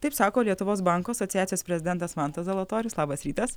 taip sako lietuvos bankų asociacijos prezidentas mantas zalatorius labas rytas